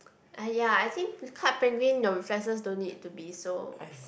!aiya! I think p~ Club Penguin your reflexes don't need to be so